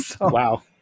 Wow